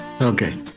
Okay